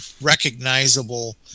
recognizable